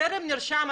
'טרם נרשם',